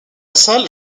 salle